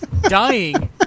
Dying